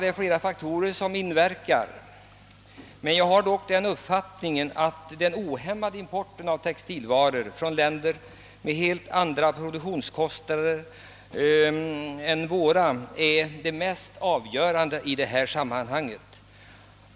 Men jag tror att det mest avgörande i sammanhanget är vår ohämmade import av textilvaror från länder med helt andra produktionskostnader än våra.